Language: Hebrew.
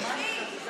משיחי.